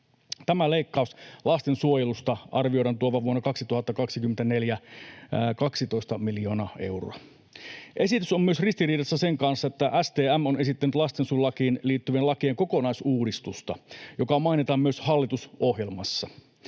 Tämän leikkauksen lastensuojelusta arvioidaan tuovan 12 miljoonaa euroa vuonna 2024. Esitys on myös ristiriidassa sen kanssa, että STM on esittänyt lastensuojelulakiin liittyvien lakien kokonaisuudistusta, joka mainitaan myös hallitusohjelmassa.